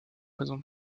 raisons